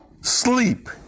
sleep